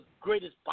greatest